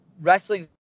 Wrestling